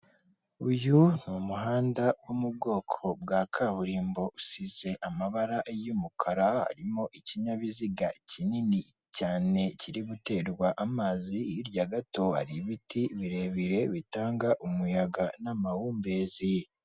Uyu ni umuhanda wo mu bwoko bwa kaburimbo, usize amabara y'umukara harimo ikinyabiziga kinini cyane kiri guterwa amazi, hirya gato hari ibiti birebire bitanga umuyaga n'amahumbezi.